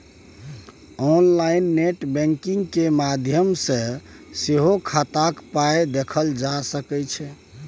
online net banking केर माध्यम सँ सेहो खाताक पाइ देखल जा सकै छै